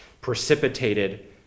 precipitated